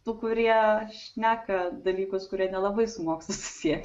tų kurie šneka dalykus kurie nelabai su mokslu susieti